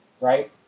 right